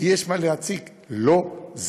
ויש מה להציג, אבל לא זה.